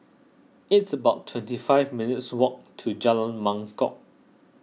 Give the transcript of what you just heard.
it's about twenty five minutes' walk to Jalan Mangkok